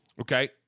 okay